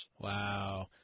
Wow